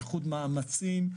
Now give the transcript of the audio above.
איחוד מאמצים,